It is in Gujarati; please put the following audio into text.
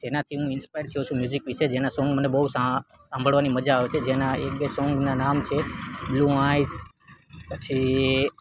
જેનાથી હું ઇન્સ્પાયર થયો છું મ્યુઝિક વિશે જેના સોંગ મને બહુ સાંભળવાની મજા આવે છે જેના એક બે સોંગના નામ છે બ્લૂ આઈસ પછી